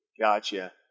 Gotcha